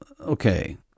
Okay